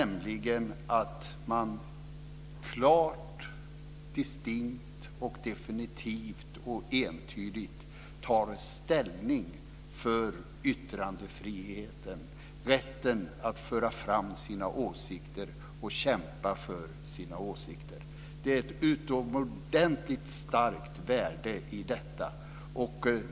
Man tar klart, distinkt, definitivt och entydigt ställning för yttrandefriheten, rätten att föra fram sina åsikter och kämpa för sina åsikter. Det är ett utomordentligt starkt värde i detta.